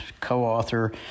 co-author